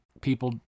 people